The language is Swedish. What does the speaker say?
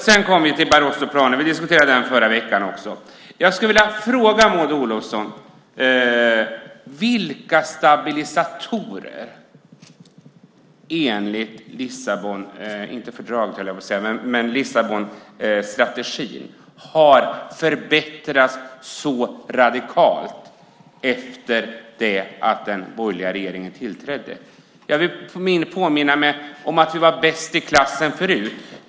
Sedan kommer vi till Barrosoplanen, som vi också diskuterade förra veckan. Jag skulle vilja fråga Maud Olofsson: Vilka stabilisatorer enligt Lissabonstrategin har förbättrats så radikalt efter det att den borgerliga regeringen tillträdde? Jag vill påminna mig att vi var bäst i klassen förut.